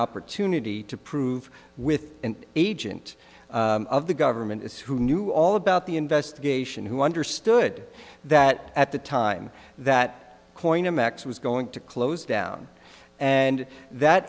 opportunity to prove with an agent of the government is who knew all about the investigation who understood that at the time that coin mechs was going to close down and that